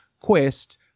quest